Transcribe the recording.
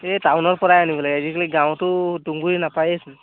এই টাউনৰ পৰাই আনিব লাগে আজিকালি গাঁৱতো তুঁহগুৰি নাপায়েইচোন